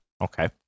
Okay